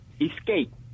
Escape